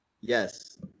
Yes